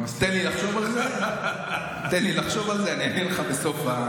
תן לי לחשוב על זה, אני אגיד לך בסוף.